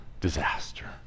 disaster